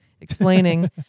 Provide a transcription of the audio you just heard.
explaining